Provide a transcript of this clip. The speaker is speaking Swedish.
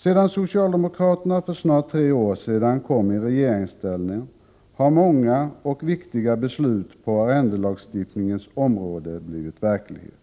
Sedan socialdemokraterna för snart tre år sedan kom i regeringsställning har många och viktiga beslut på arrendelagstiftningens område blivit verklighet.